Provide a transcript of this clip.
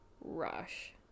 Rush